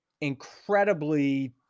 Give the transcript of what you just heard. incredibly